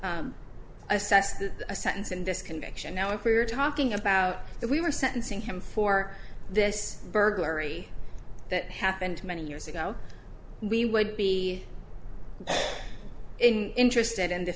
this conviction now if we are talking about it we were sentencing him for this burglary that happened many years ago we would be interested in the